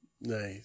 Nice